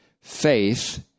faith